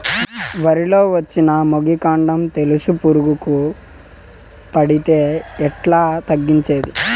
వరి లో వచ్చిన మొగి, కాండం తెలుసు పురుగుకు పడితే ఎట్లా తగ్గించేకి?